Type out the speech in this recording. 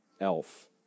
Elf